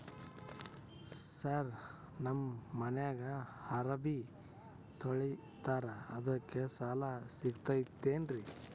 Sir ನಮ್ಮ ಮನ್ಯಾಗ ಅರಬಿ ತೊಳಿತಾರ ಅದಕ್ಕೆ ಸಾಲ ಸಿಗತೈತ ರಿ?